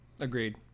agreed